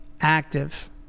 active